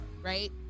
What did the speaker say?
right